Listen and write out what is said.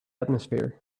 atmosphere